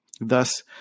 Thus